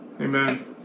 Amen